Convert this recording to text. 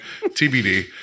TBD